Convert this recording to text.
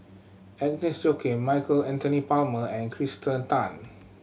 Agnes Joaquim Michael Anthony Palmer and Kirsten Tan